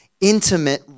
intimate